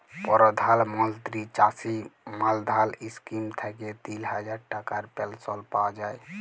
পরধাল মলত্রি চাষী মাল্ধাল ইস্কিম থ্যাইকে তিল হাজার টাকার পেলশল পাউয়া যায়